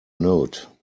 note